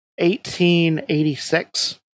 1886